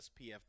SPF